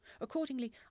Accordingly